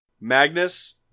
Magnus